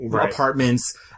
apartments